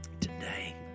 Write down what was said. today